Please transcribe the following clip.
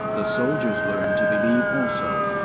the soldiers learned to believe also,